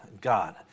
God